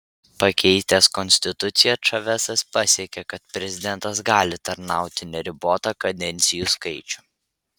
pakeitęs konstituciją čavesas pasiekė kad prezidentas gali tarnauti neribotą kadencijų skaičių